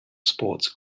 sports